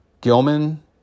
Gilman